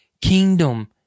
kingdom